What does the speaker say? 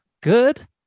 good